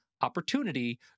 opportunity